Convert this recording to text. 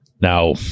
Now